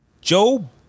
Joe